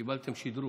קיבלתם שדרוג.